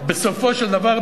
בסופו של דבר,